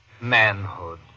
Manhood